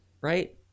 right